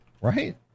right